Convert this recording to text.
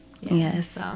Yes